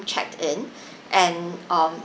checked in and um